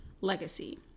legacy